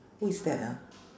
who is that ah